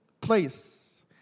place